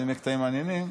ואם יהיו קטעים מעניינים,